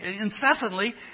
incessantly